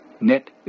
net